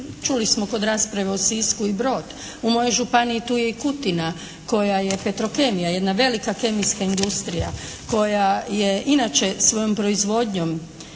čuli smo kod rasprave o Sisku i Brod. U mojoj županiji tu je i Kutina koja je Petrokemija jedna velika kemijska industrija koja je inače svojom proizvodnjom